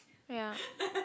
ya